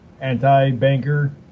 anti-banker